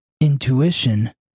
Intuition